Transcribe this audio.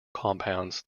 compounds